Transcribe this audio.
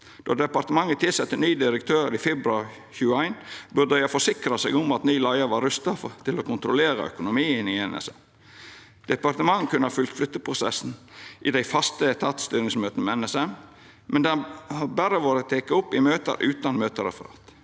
Då departementet tilsette ny direktør i fe bruar 2021, burde dei ha forsikra seg om at ny leiar var rusta til å kontrollera økonomien i NSM. Departementet kunne ha følgt flytteprosessen i dei faste etatstyringsmøta med NSM, men det vart berre teke opp i møte utan møtereferat.